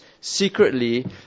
secretly